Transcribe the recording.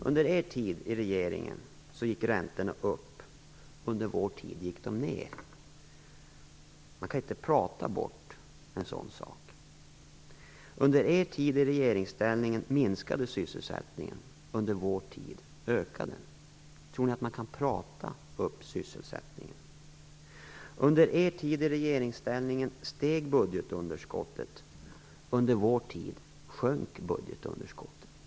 Under er tid i regeringen gick räntorna upp - under vår tid har de gått ned. Man kan inte prata bort en sådan sak. Under er tid i regeringsställning minskade sysselsättningen - under vår tid har den ökat. Tror ni att man kan prata upp sysselsättningen? Under er tid i regeringsställning steg budgetunderskottet - under vår tid har budgetunderskottet sjunkit.